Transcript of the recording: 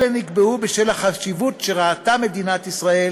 אלה נקבעו בשל החשיבות שראתה מדינת ישראל